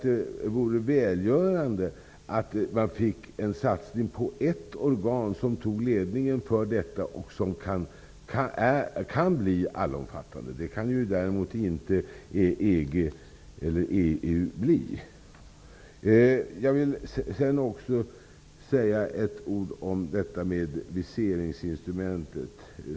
Det vore välgörande med en satsning på ett organ som kan ta ledningen för detta, och som kan bli allomfattande. Det kan aldrig EG, eller EU, bli. Jag vill också säga något om viseringsinstrumentet.